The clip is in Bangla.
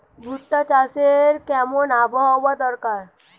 ভুট্টা চাষে কেমন আবহাওয়া দরকার?